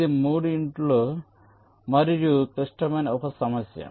ఇది 3ఇంట్లో మరింత క్లిష్టమైన ఉప సమస్య